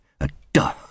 a-duh